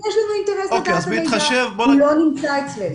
יש לנו אינטרס לדעת את המידע הזה אבל הוא לא נמצא אצלנו.